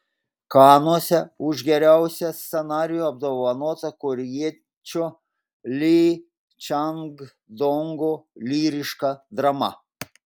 kanuose už geriausią scenarijų apdovanota korėjiečio ly čang dongo lyriška drama